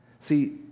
See